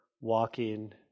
walking